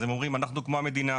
הם אומרים אנחנו כמו המדינה,